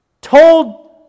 told